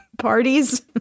parties